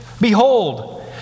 Behold